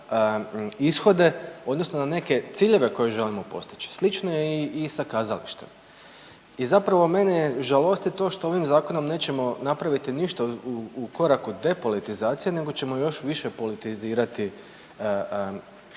ishode odnosno na neke ciljeve koje želimo postići, slično je i sa kazalištem. I zapravo mene žalosti to što ovim zakonom nećemo napraviti ništa u koraku od depolitizacije nego ćemo još više politizirati